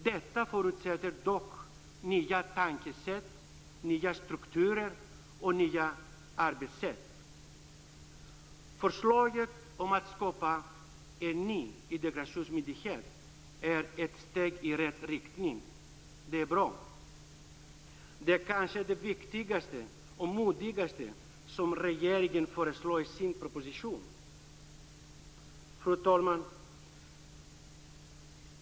Detta förutsätter dock nya tänkesätt, nya strukturer och nya arbetssätt. Förslaget om att skapa en ny integrationsmyndighet är ett steg i rätt riktning. Det är bra! Det är kanske det viktigaste och modigaste som regeringen föreslår i sin proposition. Fru talman!